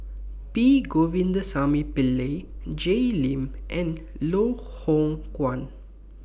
P Govindasamy Pillai Jay Lim and Loh Hoong Kwan